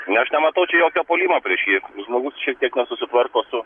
ne aš nematau čia jokio puolimo prieš jį žmogus šiek tiek nesusitvarko su